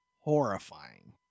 horrifying